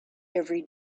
every